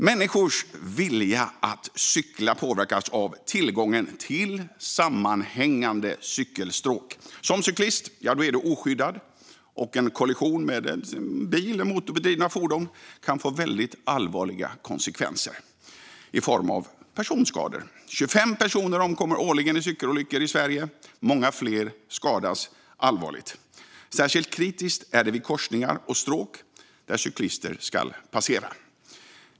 Människors vilja att cykla påverkas av tillgången till sammanhängande cykelstråk. Som cyklist är du oskyddad, och en kollision med en bil eller ett annat motordrivet fordon kan få väldigt allvarliga konsekvenser i form av personskador. 25 personer omkommer årligen i cykelolyckor i Sverige. Många fler skadas allvarligt. Särskilt kritiskt är det vid korsningar och stråk där cyklister ska passera bilvägar.